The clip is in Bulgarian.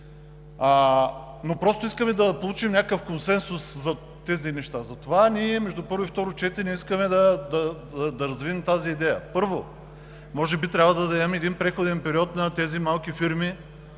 но просто искаме да получим някакъв консенсус за тези неща. Затова ние между първо и второ четене искаме да развием тази идея. Първо, може би трябва да дадем един преходен период на тези малки фирми,